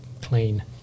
clean